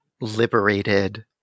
liberated